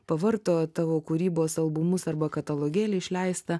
pavarto tavo kūrybos albumus arba katalogėlį išleistą